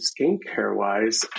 skincare-wise